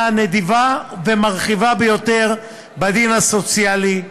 נדיבה ומרחיבה ביותר בדין הסוציאלי,